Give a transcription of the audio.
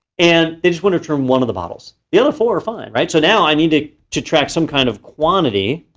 and they just wanna return one of the bottles, the other four are fine, right? so now i needed to track some kind of quantity